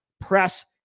press